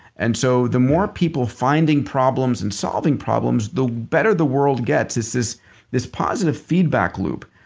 and so the more people finding problems and solving problems, the better the world gets this is this positive feedback loop,